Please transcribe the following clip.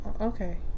Okay